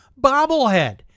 bobblehead